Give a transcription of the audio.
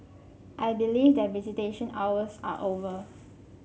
I believe that visitation hours are over